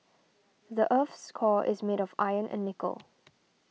the earth's core is made of iron and nickel